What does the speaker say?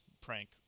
prank